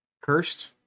Cursed